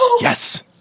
Yes